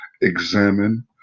examine